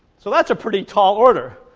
so that's a pretty tall order,